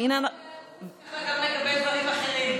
הלוואי שהוא היה נחוש גם לגבי דברים אחרים.